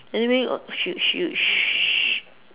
anyway uh should should sh~